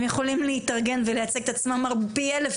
הם יכולים להתארגן ולייצג את עצמם פי אלף